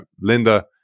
Linda